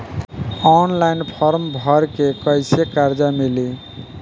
Online form भर के कैसे कर्जा मिली?